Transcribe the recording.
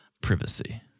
privacy